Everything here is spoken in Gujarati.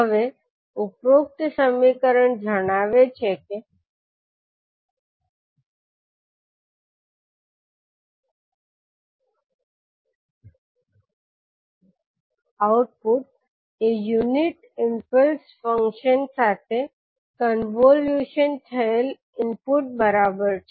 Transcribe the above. હવે ઉપરોક્ત સમીકરણ જણાવે છે કે આઉટપુટ એ યુનિટ ઈમ્પલ્સ ફંક્શન સાથે કોન્વોલ્યુશન થયેલ ઇનપુટ બરાબર છે